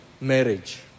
marriage